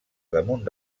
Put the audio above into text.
damunt